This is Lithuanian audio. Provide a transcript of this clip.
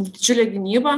didžiulę gynybą